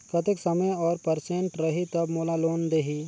कतेक समय और परसेंट रही तब मोला लोन देही?